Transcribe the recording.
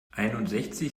einundsechzig